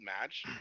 match